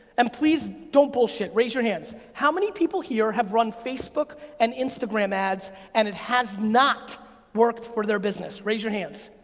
and please don't bullshit. raise your hands. how many people here have run facebook and instagram ads and it has not worked for their business? raise your hands.